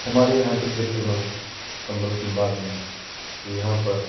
हमारे यहाँ के क्षेत्र में चम्बल संभाग में यहाँ पर